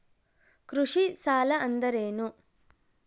ಕೃಷಿ ಸಾಲ ಅಂದರೇನು?